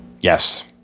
Yes